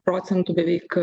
procentų beveik